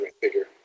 figure